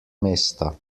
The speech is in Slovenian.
mesta